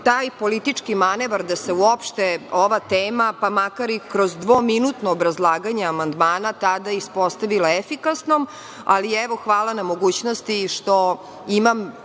taj politički manevar da se uopšte ova tema, pa makar i kroz dvominutno obrazlaganje amandmana tada ispostavilo efikasnom. Hvala na mogućnosti što imam